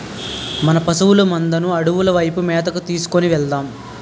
మన పశువుల మందను అడవుల వైపు మేతకు తీసుకు వెలదాం